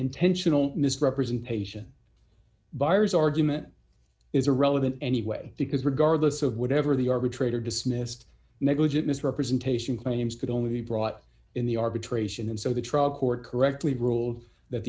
intentional misrepresentation buyer's argument is irrelevant anyway because regardless of whatever the arbitrator dismissed negligent misrepresentation claims could only be brought in the arbitration and so the trial court correctly ruled that